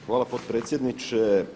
Hvala potpredsjedniče.